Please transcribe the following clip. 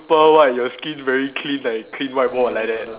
pearl white your skin very clean like clean whiteboard like that